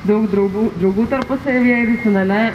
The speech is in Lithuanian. daug draugų draugų tarpusavyje finale